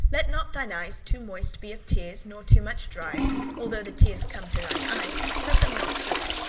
let not thine eyes too moist be of tears, nor too much dry although the tears come to thine eyes, let them not fall.